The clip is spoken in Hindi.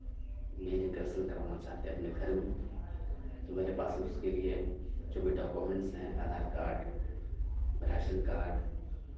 बिजली कनेक्शन करवाना चाहते हैं अपने घर में तो मेरे पास उसके लिए जो भी डोक्यूमेन्ट्स हैं आधार कार्ड राशन कार्ड